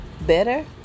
Better